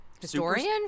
Historian